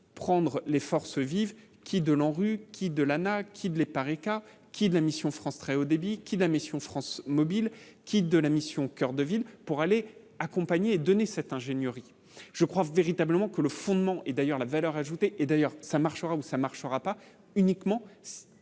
prendre les forces vives qui de l'ANRU qui de l'Anaes qui ne l'Epareca qui de la mission France très haut débit qui la mission France Mobile de la mission Coeur de ville pour aller accompagner donner cet ingénieur il je crois véritablement que le fondement et d'ailleurs, la valeur ajoutée et d'ailleurs ça marchera ou ça marchera pas uniquement